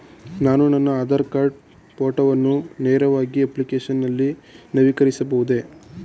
ನಾನು ನನ್ನ ಆಧಾರ್ ಕಾರ್ಡ್ ಫೋಟೋವನ್ನು ನೇರವಾಗಿ ಅಪ್ಲಿಕೇಶನ್ ನಲ್ಲಿ ನವೀಕರಿಸಬಹುದೇ?